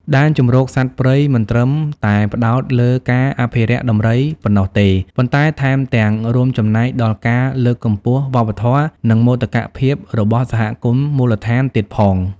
ដែនជម្រកសត្វព្រៃមិនត្រឹមតែផ្តោតលើការអភិរក្សដំរីប៉ុណ្ណោះទេ ប៉ុន្តែថែមទាំងរួមចំណែកដល់ការលើកកម្ពស់វប្បធម៌ និងមោទកភាពរបស់សហគមន៍មូលដ្ឋានទៀតផង។